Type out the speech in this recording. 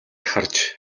харж